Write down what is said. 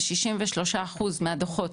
ב-63 אחוז מהדוחות,